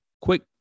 quick